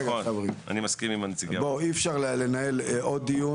--- אני מסכים עם נציגי --- אי-אפשר --- אבל